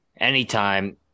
anytime